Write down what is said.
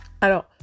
alors